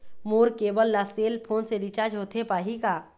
मोर cable ला cell phone से recharge होथे पाही का?